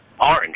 orange